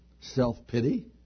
self-pity